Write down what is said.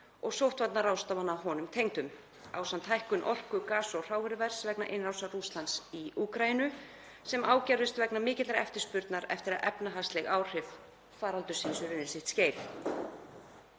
og sóttvarnaráðstafana honum tengdum ásamt hækkun orku-, gas- og hrávöruverðs vegna innrásar Rússlands í Úkraínu sem ágerðist vegna mikillar eftirspurnar eftir að efnahagsleg áhrif faraldursins runnu sitt skeið.